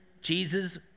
Jesus